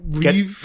Get